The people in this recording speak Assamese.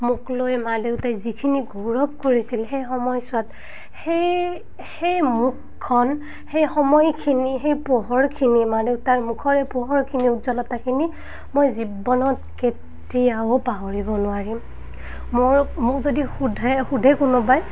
মোক লৈ মা দেউতাই যিখিনি গৌৰৱ কৰিছিল সেই সময়ছোৱাত সেই সেই মুখখন সেই সময়খিনি সেই পোহৰখিনি মা দেউতাৰ মুখৰ সেই পোহৰখিনি উজ্জ্বলতাখিনি মই জীৱনত কেতিয়াও পাহৰিব নোৱাৰিম মোৰ মোক যদি সুধে সুধে কোনোবাই